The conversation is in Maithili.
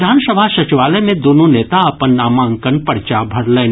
विधानसभा सचिवालय मे दूनु नेता अपन नामांकन पर्चा भरलनि